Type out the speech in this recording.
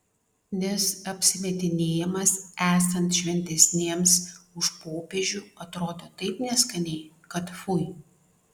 nes apsimetinėjimas esant šventesniems už popiežių atrodo taip neskaniai kad fui